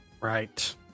Right